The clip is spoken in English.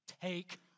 Take